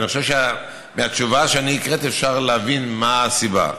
ואני חושב שמהתשובה שהקראתי אפשר להבין מה הסיבה.